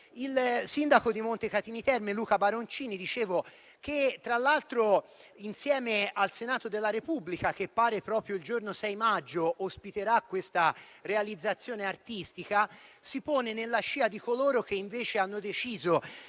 Il sindaco di Montecatini Terme, Luca Baroncini, insieme al Senato della Repubblica, che pare proprio il giorno 6 maggio, ospiterà questa realizzazione artistica, si pone nella scia di coloro che invece hanno deciso